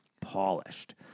polished